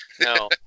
No